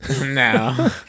No